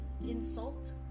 Insult